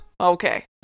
Okay